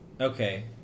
Okay